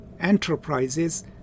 enterprises